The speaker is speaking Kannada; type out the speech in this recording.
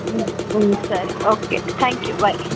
ಹ್ಞೂ ಹ್ಞೂ ಸರಿ ಓಕೆ ಥ್ಯಾಂಕ್ ಯು ಬಾಯ್